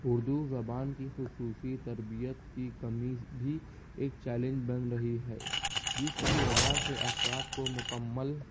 اردو زبان کی خصوصی تربیت کی کمی بھی ایک چیلنج بن رہی ہے جس کی وجہ سے افراد کو مکمل